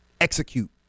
execute